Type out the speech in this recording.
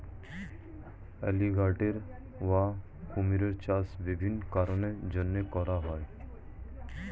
alligator বা কুমিরের চাষ বিভিন্ন কারণের জন্যে করা হয়